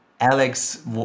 alex